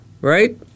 right